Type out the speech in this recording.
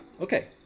Okay